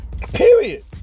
Period